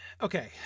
okay